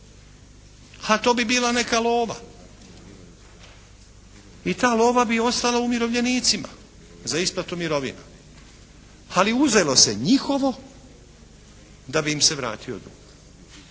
A to bi bila neka lova i ta lova bi ostala umirovljenicima za isplatu mirovina. Ali uzelo se njihovo da bi im se vratio dug.